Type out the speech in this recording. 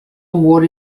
award